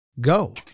Go